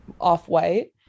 off-white